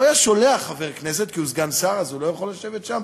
או היה שולח חבר כנסת כי הוא סגן שר אז הוא לא יכול לשבת שם,